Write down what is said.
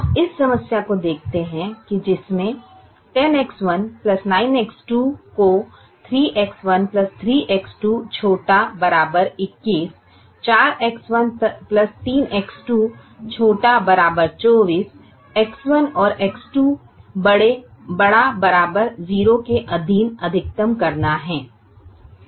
हम इस समस्या को देखते हैं जिसमे 10X1 9X2 को 3X1 3X2 ≤ 21 4X1 3X2 ≤ 24 X1 और X2 ≥ 0 के अधीन अधिकतम करना है